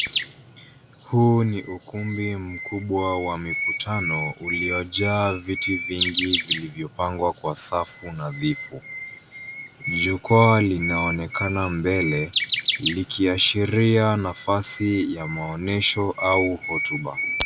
Huu ni ukumbi mkubwa wa mikutano uliojaa viti vingi vilivyopangwa kwa safu nadhifu. Jukwaa linaonekana mbele likiashiria nafasi ya maonesho au hotuba.